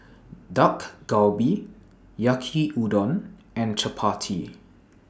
Dak Galbi Yaki Udon and Chapati